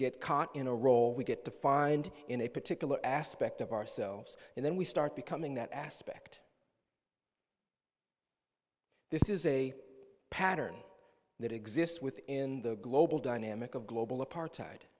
get caught in a role we get to find in a particular aspect of ourselves and then we start becoming that aspect this is a pattern that exists within the global dynamic of global apartheid